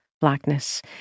Blackness